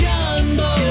Jumbo